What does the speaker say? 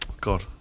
God